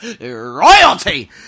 royalty